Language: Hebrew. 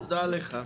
תודה לך.